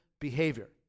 behavior